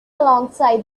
alongside